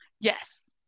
Yes